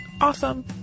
Awesome